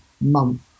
month